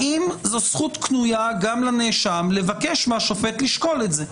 האם זו זכות קנויה גם לנאשם לבקש מהשופט לשקול את זה,